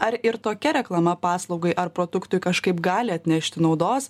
ar ir tokia reklama paslaugai ar produktui kažkaip gali atnešti naudos